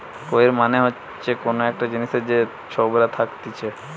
কৈর মানে হচ্ছে কোন একটা জিনিসের যে ছোবড়া থাকতিছে